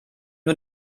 nur